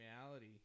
reality